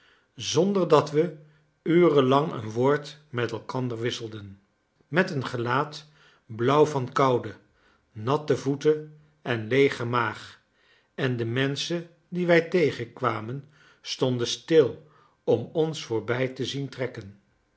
zonder dat we uren lang een woord met elkander wisselden met een gelaat blauw van koude natte voeten en leege maag en de menschen die wij tegenkwamen stonden stil om ons voorbij te zien trekken